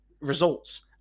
results